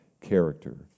character